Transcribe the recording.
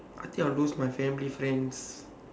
I think I will lose my family friends